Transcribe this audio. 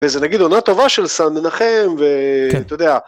וזה נגיד עונה טובה של סאן מנחם ואתה יודע.